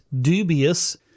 dubious